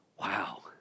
wow